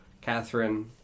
Catherine